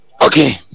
Okay